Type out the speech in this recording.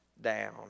down